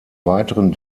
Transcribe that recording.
weiteren